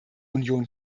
union